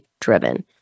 driven